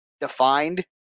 defined